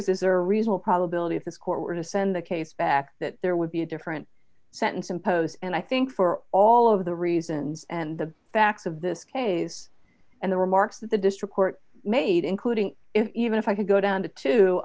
inquiry is as a result probability of this court were to send the case back that there would be a different sentence imposed and i think for all of the reasons and the facts of this case and the remarks that the district court made including if even if i could go down to two